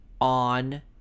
on